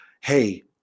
hey